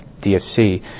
DFC